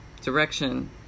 direction